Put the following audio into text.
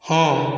ହଁ